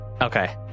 okay